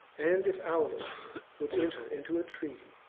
and, if aulus would enter into a treaty,